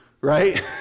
right